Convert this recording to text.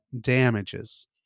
damages